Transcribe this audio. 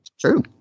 True